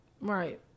Right